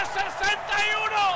61